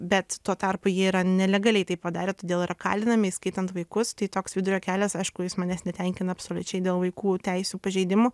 bet tuo tarpu jie yra nelegaliai tai padarę todėl yra kalinami įskaitant vaikus toks vidurio kelias aišku jis manęs netenkina absoliučiai dėl vaikų teisių pažeidimų